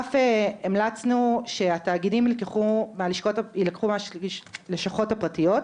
בנוסף, המלצנו שהתאגידים יילקחו מהלשכות הפרטיות,